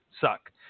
suck